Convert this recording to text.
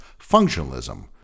functionalism